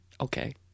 Okay